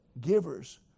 givers